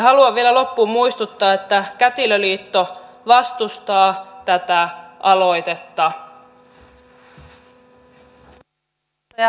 haluan vielä loppuun muistuttaa että kätilöliitto vastustaa tätä aloitetta